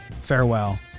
Farewell